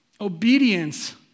Obedience